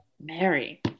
Mary